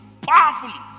powerfully